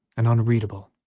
and unreadable,